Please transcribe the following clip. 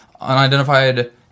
unidentified